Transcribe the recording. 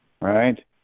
right